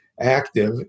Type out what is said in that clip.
Active